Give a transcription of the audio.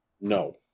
No